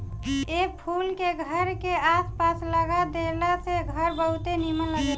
ए फूल के घर के आस पास लगा देला से घर बहुते निमन लागेला